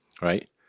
right